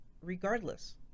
regardless